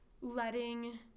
letting